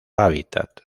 hábitat